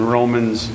Romans